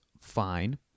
fine